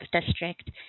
District